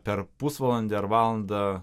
per pusvalandį ar valandą